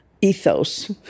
ethos